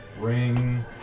Ring